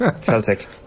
celtic